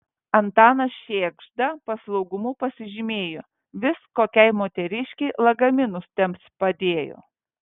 antanas šėgžda paslaugumu pasižymėjo vis kokiai moteriškei lagaminus tempti padėjo